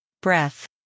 Breath